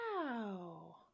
Wow